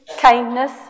kindness